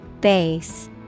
Base